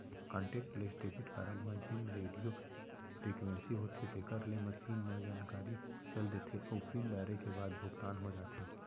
contactless debit card म जेन radio frequency होथे तेकर ले मसीन म जानकारी चल देथे अउ पिन डारे के बाद भुगतान हो जाथे